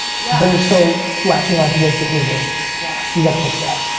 yeah but you're still latching onto those behaviors. yeah. you gotta fix that.